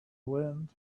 wind